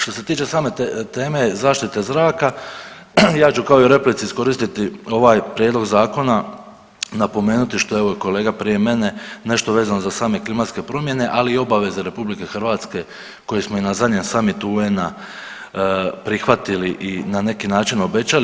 Što se tiče same te teme, zaštite zraka ja ću kao i u replici iskoristiti ovaj prijedlog zakona napomenuti što je evo i kolega prije mene nešto vezano za same klimatske promjene ali i obaveze RH koje smo i na zadnjem samitu UN-a prihvatili i na neki način obećali.